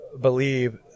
believe